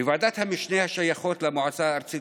בוועדות המשנה השייכות למועצה הארצית